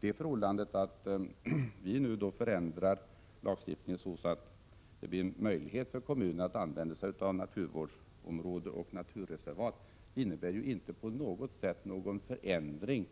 Det förhållandet att vi nu förändrar lagstiftningen så att det blir möjligt för kommunerna att använda naturvårdsområden och naturreservat innebär inte på något sätt någon förändring